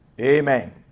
Amen